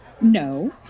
No